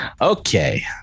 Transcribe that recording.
Okay